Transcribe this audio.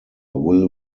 will